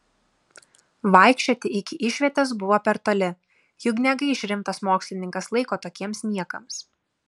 vaikščioti iki išvietės buvo per toli juk negaiš rimtas mokslininkas laiko tokiems niekams